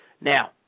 Now